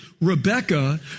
Rebecca